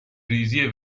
ریزی